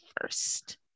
first